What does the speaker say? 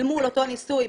אל מול אותו ניסוי,